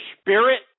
spirit